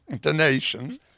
donations